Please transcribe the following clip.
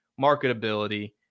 marketability